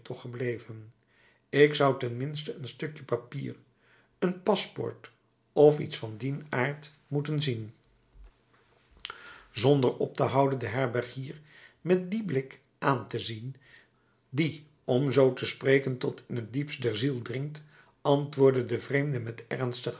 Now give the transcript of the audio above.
gebleven ik zou ten minste een stukje papier een paspoort of iets van dien aard moeten zien zonder op te houden den herbergier met dien blik aan te zien die om zoo te spreken tot in het diepst der ziel dringt antwoordde de vreemde met ernstige